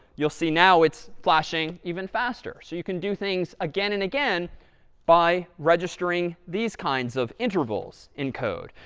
you'll see now it's flashing even faster. so you can do things again and again by registering these kinds of intervals in code.